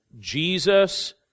Jesus